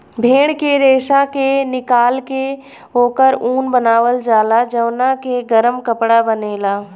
भेड़ के रेशा के निकाल के ओकर ऊन बनावल जाला जवना के गरम कपड़ा बनेला